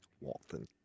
Walton